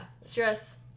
Stress